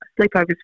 sleepovers